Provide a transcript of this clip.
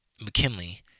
McKinley